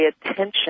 attention